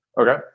Okay